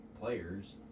players